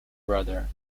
brother